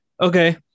okay